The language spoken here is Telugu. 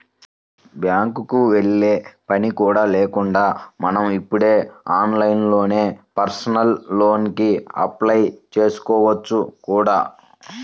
బ్యాంకుకి వెళ్ళే పని కూడా లేకుండా మనం ఇప్పుడు ఆన్లైన్లోనే పర్సనల్ లోన్ కి అప్లై చేసుకోవచ్చు కూడా